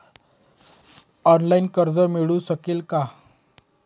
Online कर्ज मिळू शकेल का?